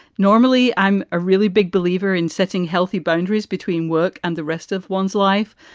normally, i'm a really big believer in setting healthy boundaries between work and the rest of one's life,